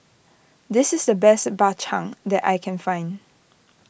this is the best Bak Chang that I can find